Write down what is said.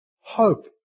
hope